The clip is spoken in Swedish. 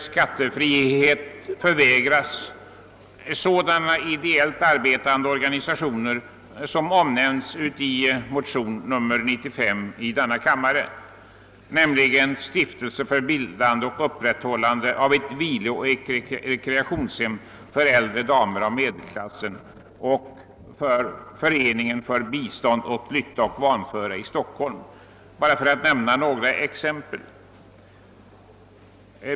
Skattefrihet förvägras exempelvis sådana ideellt arbetande organisationer som omnämns i motion nr 95 i denna kammare, nämligen en Stiftelse för bildande och upprätthållande av ett vilooch rekreationshem för äldre damer av medelklassen och Föreningen för bistånd åt lytta och vanföra i Stockholm, för att bara nämna några exempel.